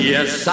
Yes